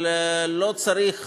אבל לא צריך